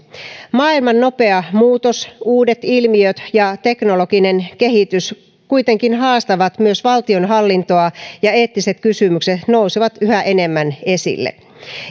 maailman nopea muutos uudet ilmiöt ja teknologinen kehitys kuitenkin haastavat myös valtionhallintoa ja eettiset kysymykset nousevat yhä enemmän esille